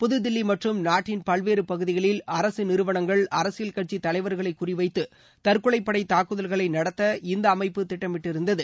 புதுதில்லி மற்றும் நாட்டின் பல்வேறு பகுதிகளில் அரசு நிறுவனங்கள் அரசியல் கட்சித் தலைவர்களை குறிவைத்து தற்கொலைப்படை தாக்குதல்களை நடத்த இந்த அமைப்பு திட்டமிட்டிருந்தது